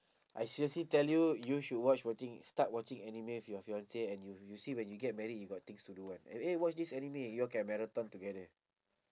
I seriously tell you you should watch watching start watching anime with your fiance and you you see when you get married you got things to do [one] eh eh watch this anime you all can marathon together